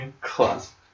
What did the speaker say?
Class